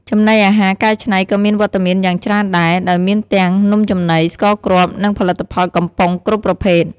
ចំណីអាហារកែច្នៃក៏មានវត្តមានយ៉ាងច្រើនដែរ ដោយមានទាំង នំចំណី ស្ករគ្រាប់ និងផលិតផលកំប៉ុង គ្រប់ប្រភេទ។